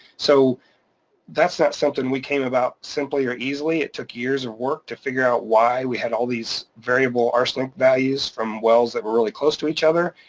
so that's not something we came about simply or easily. it took years of work to figure out why we had all these variable arsenic values from wells that were really close to each other,